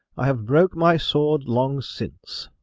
i have broke my sword long since.